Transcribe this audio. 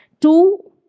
Two